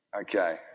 Okay